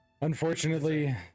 unfortunately